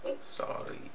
Sorry